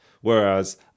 whereas